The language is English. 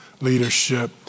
leadership